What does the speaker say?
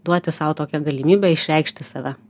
duoti sau tokią galimybę išreikšti save